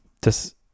Das